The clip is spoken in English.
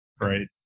Right